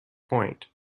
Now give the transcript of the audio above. point